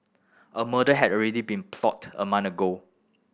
a murder had already been plotted a month ago